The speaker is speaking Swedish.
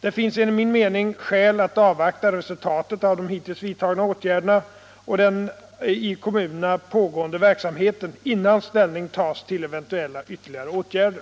Det finns enligt min mening skäl att avvakta resultatet av de hittills vidtagna åtgärderna och av den i kommunerna pågående verksamheten innan ställning tas till eventuella ytterligare åtgärder.